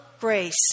grace